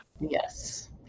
Yes